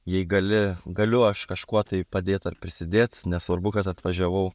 jei gali galiu aš kažkuo tai padėt ar prisidėt nesvarbu kad atvažiavau